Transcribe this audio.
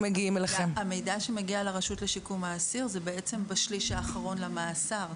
המידע שמגיע לרשות לשיקום האסיר הוא בשליש האחרון למאסר,